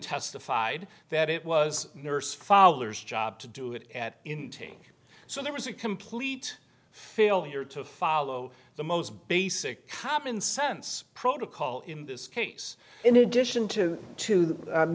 testified that it was nurse father's job to do it at intake so there was a complete failure to follow the most basic commonsense protocol in this case in addition to to